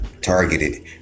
targeted